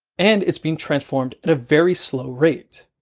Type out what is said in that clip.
and it's being transformed at a very slow rate.